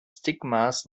stigmas